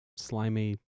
Slimy